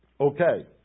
Okay